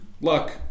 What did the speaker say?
Luck